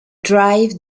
drive